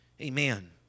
amen